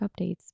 updates